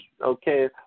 okay